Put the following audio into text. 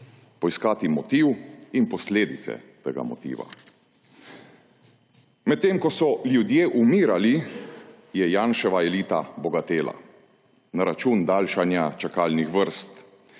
poiskati motiv in posledice tega motiva. Medtem ko so ljudje umirali, je Janševa elita bogatela na račun daljšanja čakalnih vrst,